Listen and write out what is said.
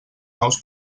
nous